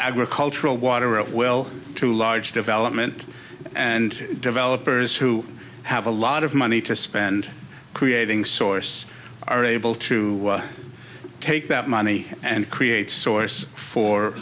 agricultural water of well to large development and developers who have a lot of money to spend creating source are able to take that money and create source for